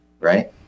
right